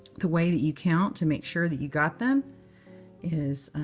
the way that you count to make sure that you've got them is